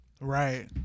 Right